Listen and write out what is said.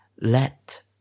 let